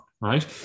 right